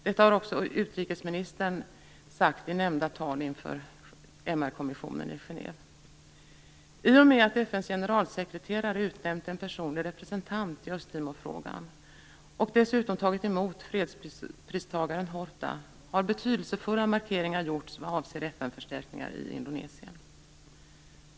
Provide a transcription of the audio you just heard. Detta har också utrikesministern sagt i nämnda tal inför MR-kommissionen i Genève. I och med att FN:s generalsekreterare har utnämnt en personlig representant i Östtimorfrågan och dessutom tagit emot fredspristagaren Horta har betydelsefulla markeringar gjorts vad avser FN-förstärkningar i Indonesien.